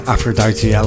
Aphrodite